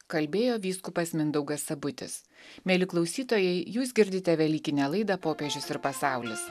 kalbėjo vyskupas mindaugas sabutis mieli klausytojai jūs girdite velykinę laidą popiežius ir pasaulis